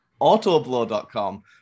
AutoBlow.com